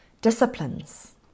disciplines